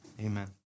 amen